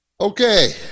Okay